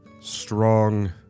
strong